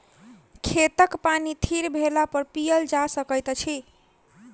खेतक पानि थीर भेलापर पीयल जा सकैत अछि